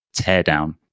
teardown